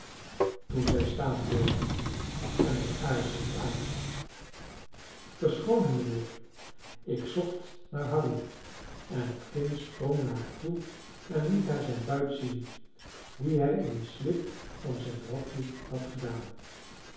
toen zij staan bleef en hem aarzelend aanzag verschooning mijnheer ik zocht naar harry en het kind sprong naar haar toe en liet haar zijn buit zien dien hij in een slip van zijn rokje had gedaan